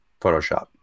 Photoshop